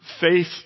faith